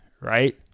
right